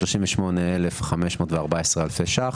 38,514 אלפי ₪,